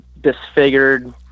disfigured